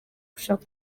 gushaka